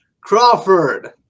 Crawford